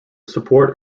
support